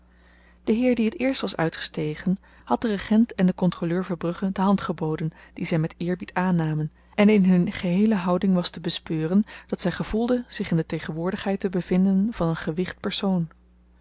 de heer die het eerst was uitgestegen had den regent en den kontroleur verbrugge de hand geboden die zy met eerbied aannamen en in hun geheele houding was te bespeuren dat zy gevoelden zich in de tegenwoordigheid te bevinden van een gewicht persoon